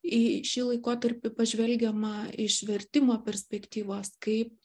į šį laikotarpį pažvelgiama iš vertimo perspektyvos kaip